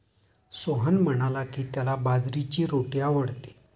सोहन म्हणाला की, त्याला बाजरीची रोटी आवडते